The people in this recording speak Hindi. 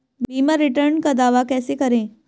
बीमा रिटर्न का दावा कैसे करें?